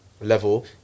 Level